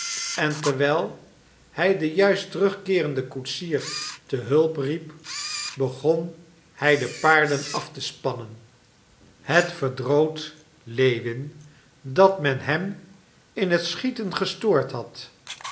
en terwijl hij den juist terugkeerenden koetsier te hulp riep begon hij de paarden af te spannen het verdroot lewin dat men hem in het schieten gestoord had